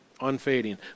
unfading